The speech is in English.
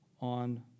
on